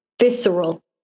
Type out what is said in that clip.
Visceral